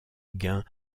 gain